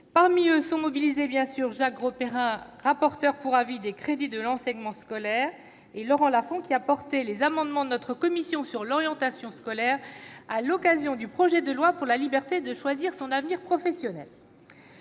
bien sûr mobilisés Jacques Grosperrin, rapporteur pour avis des crédits de l'enseignement scolaire, et Laurent Lafon, qui a défendu les amendements de notre commission sur l'orientation scolaire à l'occasion de l'examen du projet de loi pour la liberté de choisir son avenir professionnel.